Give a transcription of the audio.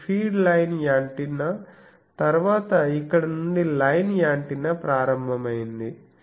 ఇది feed line antenna తర్వాత ఇక్కడ నుండి లైన్ యాంటెన్నా ప్రారంభమైంది